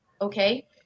okay